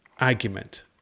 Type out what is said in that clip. argument